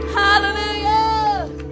hallelujah